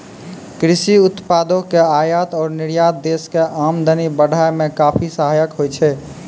कृषि उत्पादों के आयात और निर्यात देश के आमदनी बढ़ाय मॅ काफी सहायक होय छै